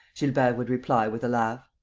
gilbert would reply, with a laugh.